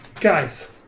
guys